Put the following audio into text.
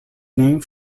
named